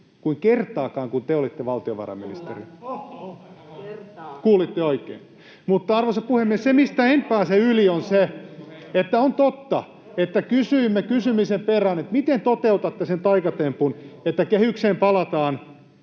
kertaakaan, kun te olitte valtiovarainministeri. Kuulitte oikein. Arvoisa puhemies! Se, mistä en pääse yli, on se, että on totta, että kysyimme kysymisen perään, miten toteutatte sen taikatempun, että kehykseen palataan